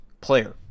player